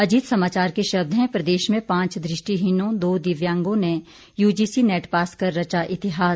अजीत समाचार के शब्द हैं प्रदेश में पांच दृष्टिहीनों दो दिव्यांगों ने यूजीसी नेट पास कर रचा इतिहास